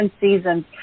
seasons